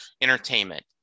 entertainment